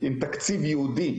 עם תקציב ייעודי,